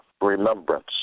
remembrance